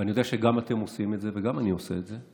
אני יודע שגם אתם עושים את זה וגם אני עושה את זה,